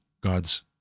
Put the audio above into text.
God's